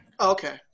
Okay